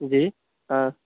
جی ہاں